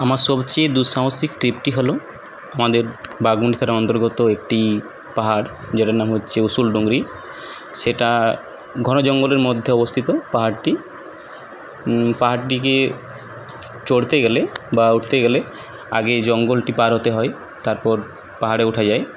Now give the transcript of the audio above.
আমার সবচেয়ে দুঃসাহসিক ট্রিপটি হল আমাদের বাগমুন্ডি অন্তর্গত একটি পাহাড় যেটার নাম হচ্ছে উসুল ডোংরি সেটা ঘন জঙ্গলের মধ্যে অবস্থিত পাহাড়টি পাহাড়টিতে চড়তে গেলে বা উঠতে গেলে আগে জঙ্গলটি পার হতে হয় তারপর পাহাড়ে ওঠা যায়